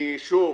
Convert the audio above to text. כי שוב,